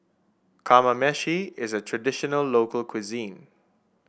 kamameshi is a traditional local cuisine